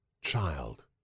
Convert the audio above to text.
Child